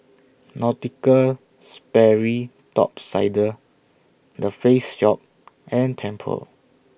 Nautica Sperry Top Sider The Face Shop and Tempur